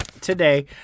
today